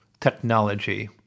technology